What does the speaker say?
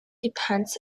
depends